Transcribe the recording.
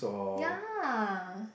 ya